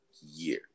year